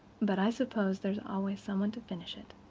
but i suppose there's always some one to finish it.